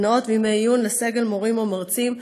סדנאות וימי עיון לסגל מורים או מרצים,